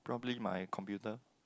probably my computer